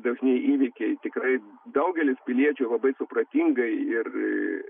dažni įvykiai tikrai daugelis piliečių labai supratingai ir